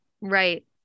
Right